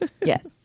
Yes